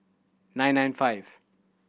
nine nine five